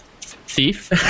Thief